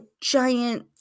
giant